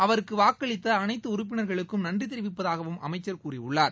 அவருக்கு வாக்களித்த அனைத்து உறுப்பினர்களுக்கும் நன்றி தெரிவிப்பதாகவும் அமைச்சர் கூறியுள்ளார்